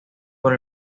por